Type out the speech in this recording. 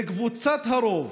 לקבוצת הרוב